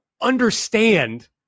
understand